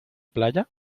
playa